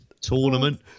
tournament